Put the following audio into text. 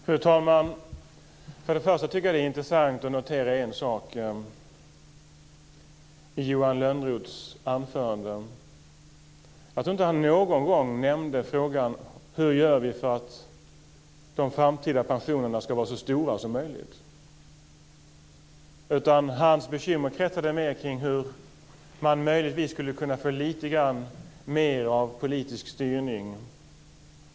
Fru talman! Till att börja med tycker jag att det är intressant att notera en sak i Johan Lönnroths anförande. Jag tror inte att han någon gång ställde frågan: Hur gör vi för att de framtida pensionerna ska vara så stora som möjligt? Hans bekymmer kretsade i stället mer kring hur man möjligtvis skulle kunna få lite grann mer av politisk styrning.